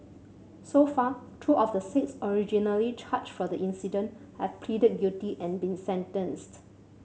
so far two of the six originally charged for the incident have pleaded guilty and been sentenced